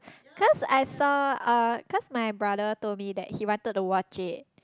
cause I saw uh cause my brother told me that he wanted to watch it